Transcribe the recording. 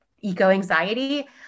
eco-anxiety